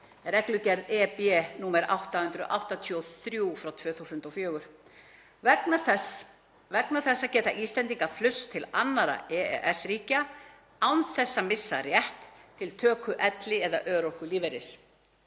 (reglugerð EB nr. 883/2004). Vegna þess geta Íslendingar flust til annarra EES-ríkja án þess að missa rétt til töku elli- eða örorkulífeyris.